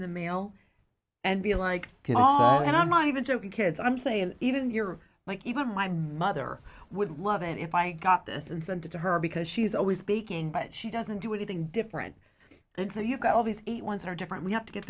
in the mail and be like can and i'm not even joking kids i'm saying even your like even my mother would love it if i got this and sent it to her because she's always baking but she doesn't do anything different and so you've got all these ones are different you have to get